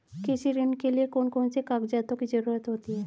कृषि ऋण के लिऐ कौन से कागजातों की जरूरत होती है?